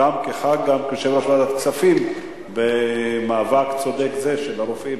כיושב-ראש ועדת הכספים במאבק צודק זה של הרופאים.